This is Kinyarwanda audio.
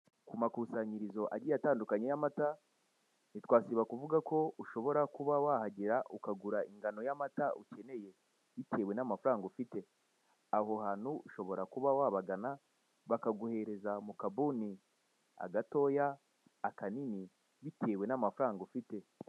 Ku amakusanyirizo agiye atandukanye y'amata nti twasiba kuvuga ko ushobora kuba wahagera ukagira ingano y'amata ukeneye bitewe n'amafaranga ufite. Aho hantu kuba wabagana bakaguhereza muka jerekani agatoya ,akanini bitewe n'amafaranga ufite.